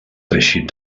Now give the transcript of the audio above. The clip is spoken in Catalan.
teixit